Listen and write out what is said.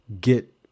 Get